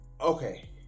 okay